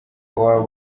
waba